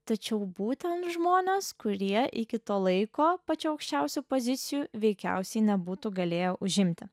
tačiau būtent žmonės kurie iki to laiko pačių aukščiausių pozicijų veikiausiai nebūtų galėję užimti